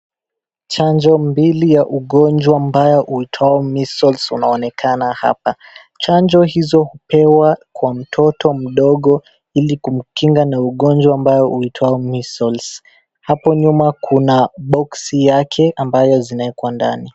Chanjo mbili ya ugonjwa mbaya huitwao measles unaonekana hapa. Chanjo hizo hupewa kwa mtoto mdogo ili kumkinga na ugonjwa ambao huitwao measles . Hapo nyuma kuna boxi yake ambayo zinaekwa ndani.